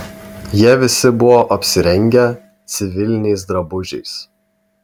jie visi buvo apsirengę civiliniais drabužiais